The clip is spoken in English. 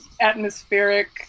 atmospheric